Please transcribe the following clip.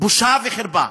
בושה וחרפה.